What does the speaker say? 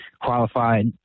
qualified